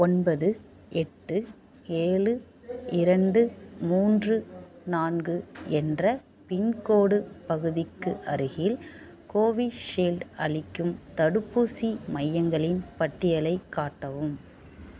ஒன்பது எட்டு ஏழு இரண்டு மூன்று நான்கு என்ற பின்கோடு பகுதிக்கு அருகில் கோவிஷீல்டு அளிக்கும் தடுப்பூசி மையங்களின் பட்டியலைக் காட்டவும்